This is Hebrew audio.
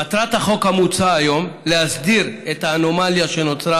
מטרת החוק המוצע היום היא להסדיר את האנומליה שנוצרה